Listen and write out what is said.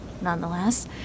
nonetheless